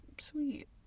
sweet